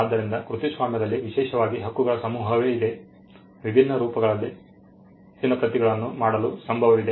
ಆದ್ದರಿಂದ ಕೃತಿಸ್ವಾಮ್ಯದಲ್ಲಿ ವಿಶೇಷವಾಗಿ ಹಕ್ಕುಗಳ ಸಮೂಹವೇ ಇದೆ ವಿಭಿನ್ನ ರೂಪಗಳಲ್ಲಿ ಹೆಚ್ಚಿನ ಪ್ರತಿಗಳನ್ನು ಮಾಡಲು ಸಂಭವವಿದೆ